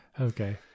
Okay